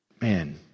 man